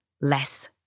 less